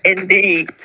Indeed